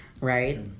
Right